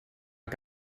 que